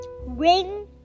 Ring